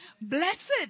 Blessed